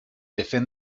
defend